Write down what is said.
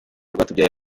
rwatubyaye